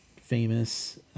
famous